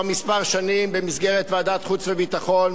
כמה שנים במסגרת ועדת החוץ והביטחון,